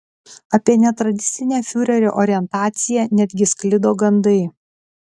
apie netradicinę fiurerio orientaciją netgi sklido gandai